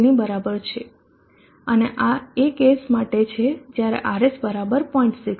3 ની બરાબર છે આ એ કેસ માટે છે જ્યારે R S બરાબર 0